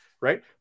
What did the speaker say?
right